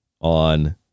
on